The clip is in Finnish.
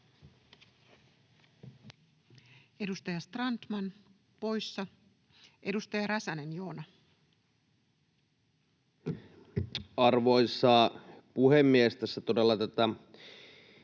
Edustaja Strandman poissa. — Edustaja Räsänen, Joona. Arvoisa puhemies! Tässä todella tätä